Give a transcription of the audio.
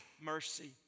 Mercy